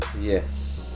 Yes